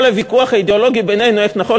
כל הוויכוח האידיאולוגי בינינו איך נכון